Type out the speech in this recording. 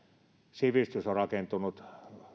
sivistys on rakentunut